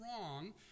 wrong